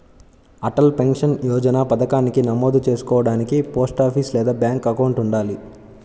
Atal pension Yojana పథకానికి నమోదు చేసుకోడానికి పోస్టాఫీస్ లేదా బ్యాంక్ అకౌంట్ ఉండాలి